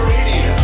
Radio